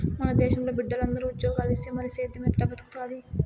మన దేశంలో బిడ్డలందరూ ఉజ్జోగాలిస్తే మరి సేద్దెం ఎట్టా బతుకుతాది